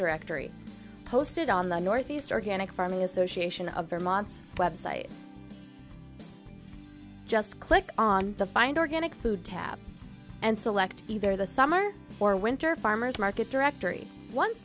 directory posted on the northeast organic farming association of vermont website just click on the find organic food tab and select either the summer or winter farmer's market directory on